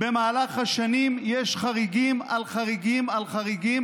במהלך השנים יש חריגים על חריגים על חריגים